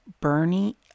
Bernie